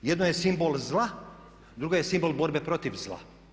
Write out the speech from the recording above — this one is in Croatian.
Jedno je simbol zla, drugo je simbol borbe protiv zla.